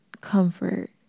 comfort